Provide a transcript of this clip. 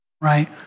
right